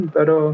Pero